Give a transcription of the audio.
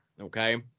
okay